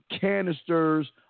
canisters